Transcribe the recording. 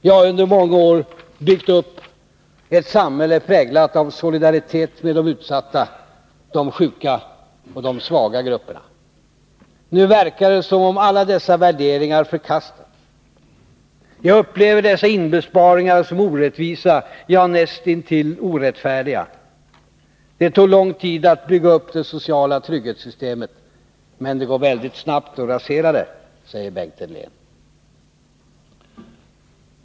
Vi har ju under många år byggt upp ett samhälle präglat av solidaritet med de utsatta, de sjuka och svaga grupperna. Nu verkar det som om alla dessa värderingar förkastats. Jag upplever dessa inbesparingar som orättvisa, ja näst intill orättfärdiga. Det tog lång tid att bygga upp det sociala trygghetssystemet. Men det går väldigt snabbt att rasera det”, säger Bengt Hedlén.